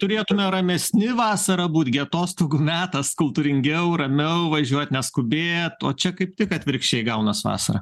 turėtume ramesni vasarą būt gi atostogų metas kultūringiau ramiau važiuot neskubėt o čia kaip tik atvirkščiai gaunas vasarą